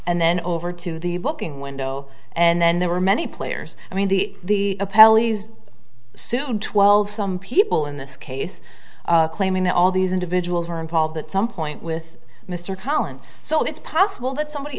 and then over to the booking window and then there were many players i mean the a pelleas soon twelve some people in this case claiming that all these individuals were involved at some point with mr cullen so it's possible that somebody